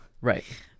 Right